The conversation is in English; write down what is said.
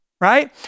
Right